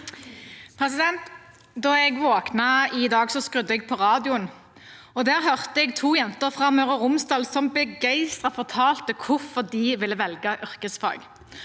Da jeg våknet i dag, skrudde jeg på radioen, og der hørte jeg to jenter fra Møre og Romsdal som begeistret fortalte hvorfor de ville velge yrkesfag.